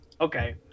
Okay